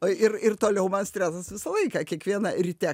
o ir ir toliau man stresas visą laiką kiekvieną ryte